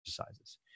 exercises